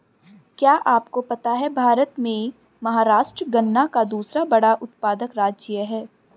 क्या आपको पता है भारत में महाराष्ट्र गन्ना का दूसरा बड़ा उत्पादक राज्य है?